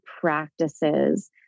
practices